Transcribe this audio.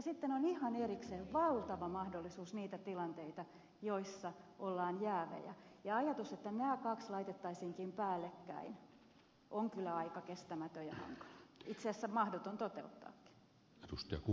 sitten on ihan erikseen valtava mahdollisuus niitä tilanteita joissa ollaan jäävejä ja ajatus että nämä kaksi laitettaisiinkin päällekkäin on kyllä aika kestämätön ja hankala itse asiassa mahdoton toteuttaakin